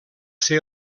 ser